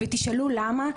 ותשאלו: למה?